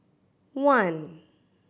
one